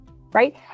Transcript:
right